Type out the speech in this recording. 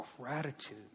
gratitude